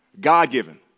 God-given